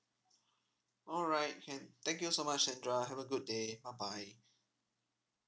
alright can thank you so much sandra have a good day bye bye